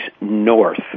North